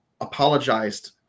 apologized